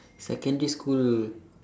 secondary school